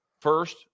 first